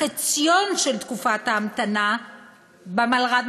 החציון של תקופת ההמתנה במלר"ד,